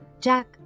Jack